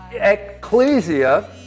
ecclesia